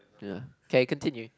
ya okay continue